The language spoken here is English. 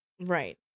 Right